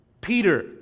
Peter